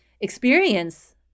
experience